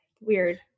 weird